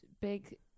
big